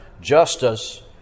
justice